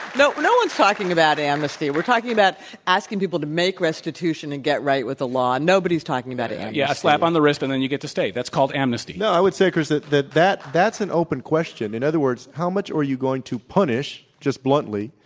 no no one's talking about amnesty. we're talking about asking people to make restitution and get right with the law. nobody's talking about amnesty. a yeah yeah slap on the wrist, and then you get to stay. that's called amnesty. no. i would say, kris, that that that that's an open question. in other words, how much are you going to punish, just bluntly,